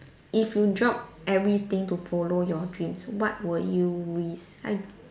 if you drop everything to follow your dreams what would you risk I